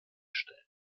stellen